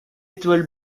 étoile